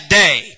day